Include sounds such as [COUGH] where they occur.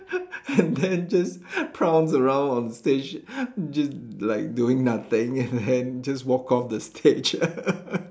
[LAUGHS] and then just pounce around on stage just like doing nothing and then just walk off the stage [LAUGHS]